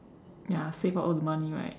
ya save up all the money right